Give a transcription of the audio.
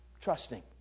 Trusting